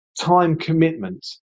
time-commitment